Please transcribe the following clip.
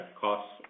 costs